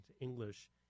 English